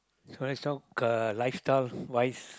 so let's talk uh lifestyle wise